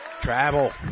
Travel